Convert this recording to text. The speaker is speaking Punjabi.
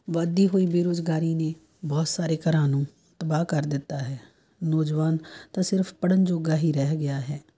ਵੱਧਦੀ ਹੋਈ ਬੇਰੁਜ਼ਗਾਰੀ ਨੇ ਬਹੁਤ ਸਾਰੇ ਘਰਾਂ ਨੂੰ ਤਬਾਹ ਕਰ ਦਿੱਤਾ ਹੈ ਨੌਜਵਾਨ ਤਾਂ ਸਿਰਫ਼ ਪੜ੍ਹਨ ਜੋਗਾ ਹੀ ਰਹਿ ਗਿਆ ਹੈ